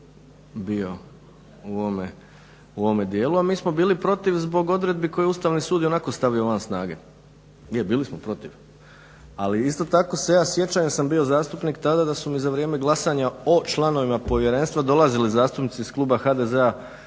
bio u ovome djelu a mi smo bili protiv zbog odredbi koje je Ustavni sud ionako stavio van snage, je bili smo protiv, ali isto tako se ja sjećam jer sam bio zastupnik tada da su mi za vrijeme glasanja o članovima povjerenstva dolazili zastupnici iz kluba HDZ-a